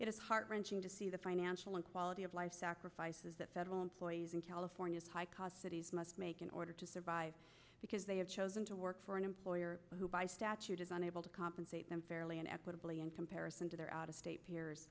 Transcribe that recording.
it is heart wrenching to see the financial and quality of life sacrifices that federal employees in california's high cost cities must make in order to survive because they have chosen to work for an employer who by statute is unable to compensate them fairly and equitably in comparison to their out of state peers